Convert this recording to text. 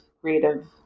creative